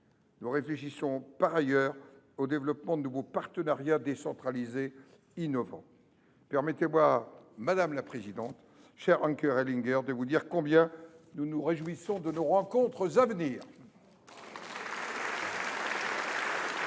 Nous réfléchissons par ailleurs au développement de nouveaux partenariats décentralisés innovants. Permettez moi, madame la présidente, chère Anke Rehlinger, de vous dire combien je me réjouis de nos rencontres à venir.